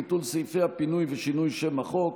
ביטול סעיפי הפינוי ושינוי שם החוק),